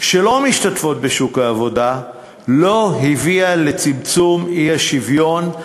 שלא משתתפות בשוק העבודה לא הביאה לצמצום האי-שוויון,